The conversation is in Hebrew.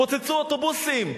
פוצצו אוטובוסים.